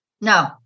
No